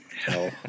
hell